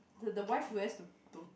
the the wife wears the b~